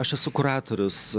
aš esu kuratorius